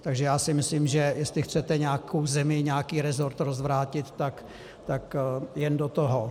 Takže já si myslím, že jestli chcete nějakou zemi, nějaký resort rozvrátit, tak jen do toho.